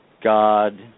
God